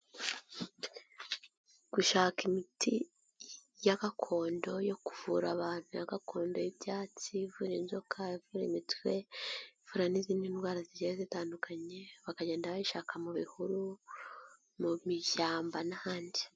Gushaka imiti ya gakondo yo kuvura abantu ya gakondo y'ibyatsi ivura inzoka, ivura imitwe, ivura n'izindi ndwara zigiye zitandukanye, bakagenda bayishaka mu bihuru, mu bishyamba n'ahandi.